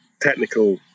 technical